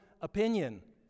opinion